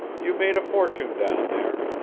you made a fortune down there.